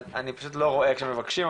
אני פשוט לא רואה כשמבקשים,